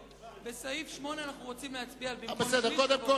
במס' 8 אנחנו רוצים להצביע על: במקום "שליש" קודם כול,